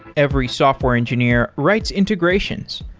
every software engineer writes integration,